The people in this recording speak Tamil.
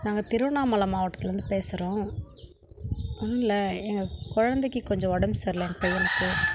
நாங்கள் திருவண்ணாமலை மாவட்டத்தில் இருந்து பேசுகிறோம் ஒன்று இல்லை எங்கள் குழந்தைக்கி கொஞ்சம் உடம்பு சரியில்ல என் பையனுக்கு